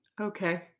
okay